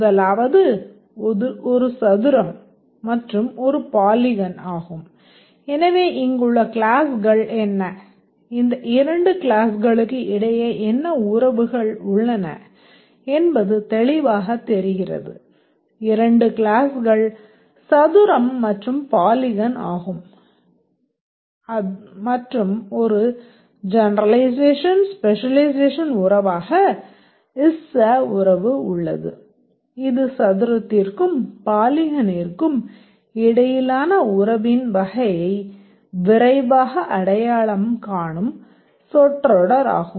முதலாவது ஒரு சதுரம் மற்றும் ஒரு பாலிகன் உறவு உள்ளது இது சதுரத்திற்கும் பாலிகனிற்கும் இடையிலான உறவின் வகையை விரைவாக அடையாளம் காணும்சொற்றொடராகும்